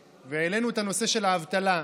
והעלינו את הנושא של האבטלה.